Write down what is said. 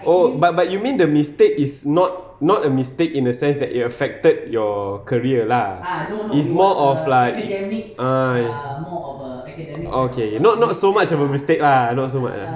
oh but but you mean the mistake is not not a mistake in the sense that it affected your career lah it's more of like uh okay okay not not so much of a mistake lah not so much